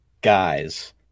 Guys